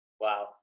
Wow